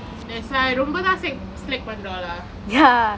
that's why ரொம்ப தான்:romba thaan sla~ slack பண்றோம்: panrom lah